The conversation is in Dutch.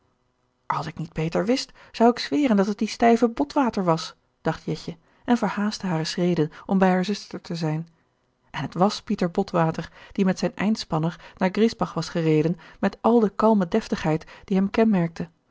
als ik niet beter wist zou ik zweren dat het die stijve botwater was dacht jetje en verhaastte hare schreden om bij hare zuster te zijn en t was pieter botwater die met zijn einspanner naar griesbach was gereden met al de kalme deftigheid die hem kenmerkte